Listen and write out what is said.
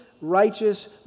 righteous